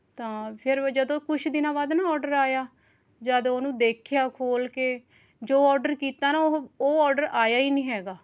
ਤਾਂ ਫੇਰ ਜਦੋਂ ਕੁਛ ਦਿਨਾਂ ਬਾਅਦ ਨਾ ਆਰਡਰ ਆਇਆ ਜਦ ਉਹਨੂੰ ਦੇਖਿਆ ਖੋਲ੍ਹ ਕੇ ਜੋ ਆਰਡਰ ਕੀਤਾ ਨਾ ਉਹ ਉਹ ਆਰਡਰ ਆਇਆ ਹੀ ਨਹੀਂ ਹੈਗਾ